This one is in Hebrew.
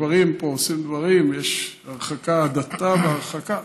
הגברים פה עושים דברים, יש הרחקה, הדתה והרחקה.